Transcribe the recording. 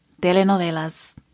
telenovelas